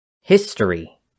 History